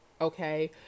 Okay